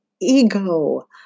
ego